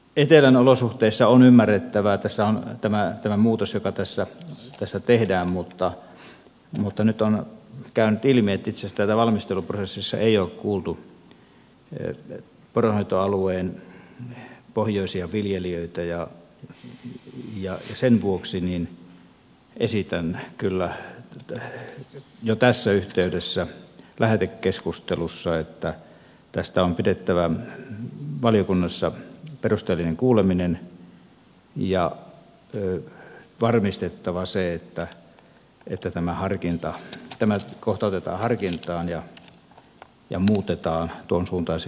etelän olosuhteissa on ymmärrettävä tämä muutos joka tässä tehdään mutta nyt on käynyt ilmi että itse asiassa tässä valmisteluprosessissa ei ole kuultu poronhoitoalueen pohjoisia viljelijöitä ja sen vuoksi esitän kyllä jo tässä yhteydessä lähetekeskustelussa että tästä on pidettävä valiokunnassa perusteellinen kuuleminen ja varmistettava se että tämä kohta otetaan harkintaan ja muutetaan tuo suuntaisi